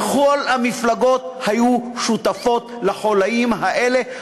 וכל המפלגות היו שותפות לחוליים האלה,